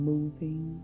Moving